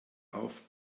auf